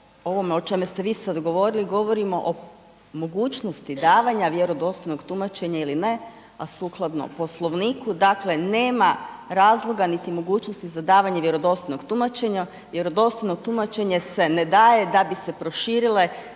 o čemu ste vi sad govorili, govorimo o mogućnosti davanja vjerodostojnog tumačenja ili ne a sukladno Poslovniku, dakle nema razloga niti mogućnosti za davanje vjerodostojnog tumačenja. Vjerodostojno tumačenje se ne daje da bi se proširile